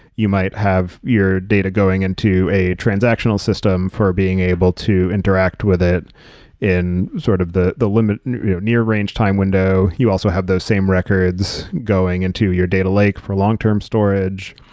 you might have your data going into a transactional system for being able to interact with it in sort of the the near you know near range time window. you also have those same records going into your data lake for long-term storage.